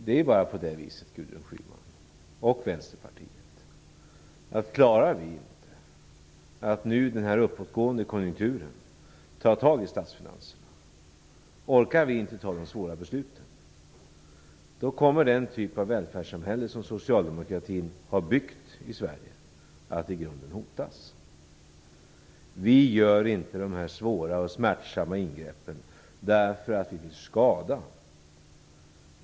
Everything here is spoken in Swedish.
Det är bara så, Gudrun Schyman och Vänsterpartiet, att klarar vi inte att nu i en uppåtgående konjunktur ta tag i statsfinanserna och orkar vi inte ta de svåra besluten, så kommer den typ av välfärdssamhälle som socialdemokratin byggt i Sverige att i grunden hotas. Vi gör inte dessa svåra och smärtsamma ingrepp därför att vi vill skada.